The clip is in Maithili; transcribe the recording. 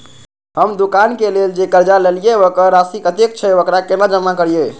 हम दुकान के लेल जे कर्जा लेलिए वकर राशि कतेक छे वकरा केना जमा करिए?